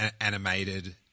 animated